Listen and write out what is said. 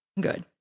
Good